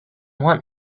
want